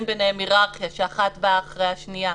ביניהן היררכיה כך שאחת באה אחרי השנייה.